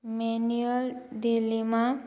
manual dilemma